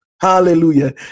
Hallelujah